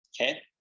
okay